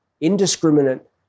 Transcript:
indiscriminate